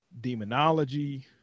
demonology